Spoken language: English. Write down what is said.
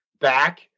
back